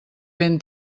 ben